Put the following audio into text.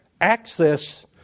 access